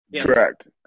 Correct